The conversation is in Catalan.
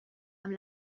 amb